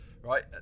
right